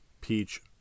Peach